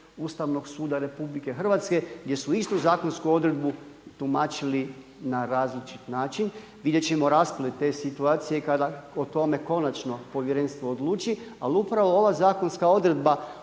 Ustavnog suda RH gdje su istu zakonsku odredbu tumačili na različit način. Vidjet ćemo rasplet te situacije kada o tome konačno povjerenstvo odluči. Ali upravo ova zakonska odredba